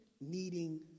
needing